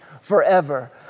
forever